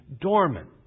dormant